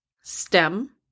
STEM